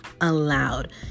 allowed